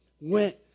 went